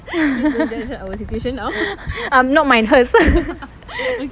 um not mine hers